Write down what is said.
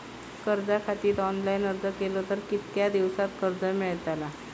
कर्जा खातीत ऑनलाईन अर्ज केलो तर कितक्या दिवसात कर्ज मेलतला?